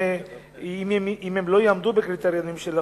ואם הם לא יעמדו בקריטריונים של החוק,